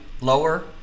lower